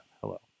hello